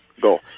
go